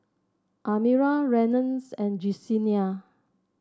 Almira Reynolds and Jesenia